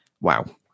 Wow